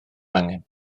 angen